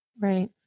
Right